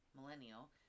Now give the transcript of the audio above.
millennial